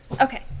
Okay